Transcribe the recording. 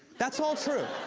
that's all true.